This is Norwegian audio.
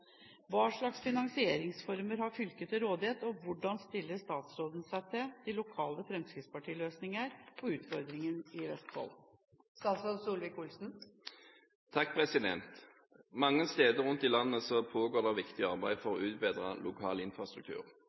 Hva slags finansieringsformer har fylket til rådighet, og hvordan stiller statsråden seg til de lokale Fremskrittsparti-løsninger på utfordringen i Vestfold?» Mange steder rundt i landet pågår det et viktig arbeid for å utbedre lokal infrastruktur.